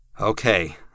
Okay